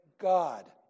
God